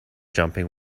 jumping